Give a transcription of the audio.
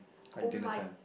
like dinner time